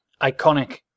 iconic